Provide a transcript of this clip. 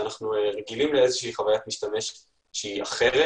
שאנחנו רגילים אתם לחוויית משתמש אחרת,